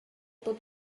pod